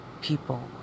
people